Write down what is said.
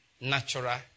natural